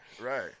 right